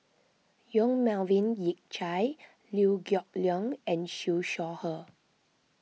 Yong Melvin Yik Chye Liew Geok Leong and Siew Shaw Her